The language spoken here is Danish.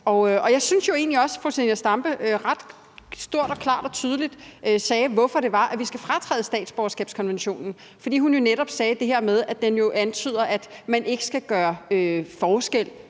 Jeg synes jo egentlig også, at fru Zenia Stampe ret klart og tydeligt sagde, hvorfor det var, at vi skal træde ud af statsborgerskabskonventionen, for hun sagde netop det her med, at den jo antyder, at man ikke skal gøre forskel.